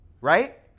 Right